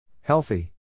Healthy